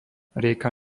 rieka